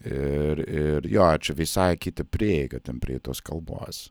ir ir jo čia visai kiti prieiga prie tos kalbos